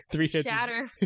Shatter